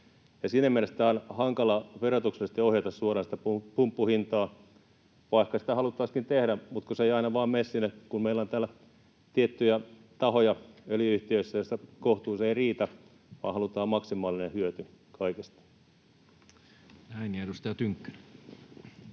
Siinä mielessä on hankala verotuksellisesti ohjata suoraan sitä pumppuhintaa, vaikka sitä haluttaisiinkin tehdä, mutta kun se ei aina mene sinne, kun meillä on täällä tiettyjä tahoja öljy-yhtiöissä, joissa kohtuus ei riitä, vaan halutaan maksimaalinen hyöty kaikesta. Näin. — Ja edustaja Tynkkynen.